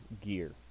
gear